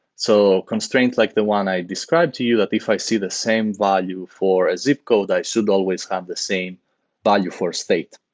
so constraints like the one i described to you that if i see the same volume for a zip code, i should always have the same value for state.